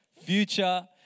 future